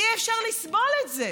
אי-אפשר לסבול את זה.